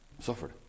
suffered